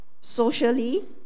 socially